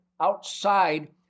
outside